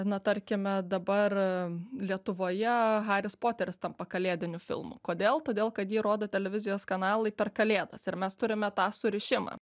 na tarkime dabar lietuvoje haris poteris tampa kalėdiniu filmu kodėl todėl kad jį rodo televizijos kanalai per kalėdas ir mes turime tą surišimą